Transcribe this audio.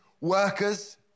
workers